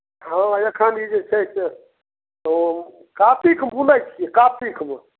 हॅं एखन ई जे छै से हम कातिकमे बूनै छियै कातिकमे